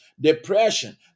depression